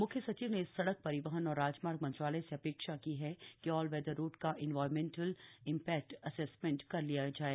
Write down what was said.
म्ख्य सचिव ने सड़क परिवहन और राजमार्ग मंत्रालय से अपेक्षा की हैकि ऑल वेदर रोड का इन्वायरमेंटल इंपक्षट एसेसमेंट कर लिया जाए